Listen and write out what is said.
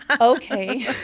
Okay